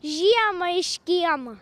žiemą iš kiemo